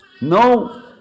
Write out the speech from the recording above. No